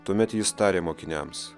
tuomet jis tarė mokiniams